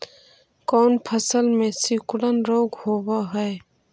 कोन फ़सल में सिकुड़न रोग होब है?